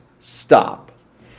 stop